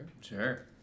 Sure